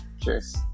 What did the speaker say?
Cheers